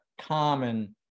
common